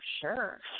sure